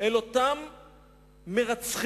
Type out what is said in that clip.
אל אותם מרצחים,